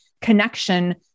connection